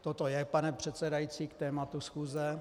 Toto je, pane předsedající, k tématu schůze.